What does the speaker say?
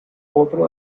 otro